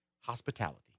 hospitality